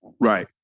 Right